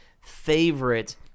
favorite